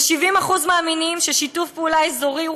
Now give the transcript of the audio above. ו-70% מאמינים ששיתוף פעולה אזורי הוא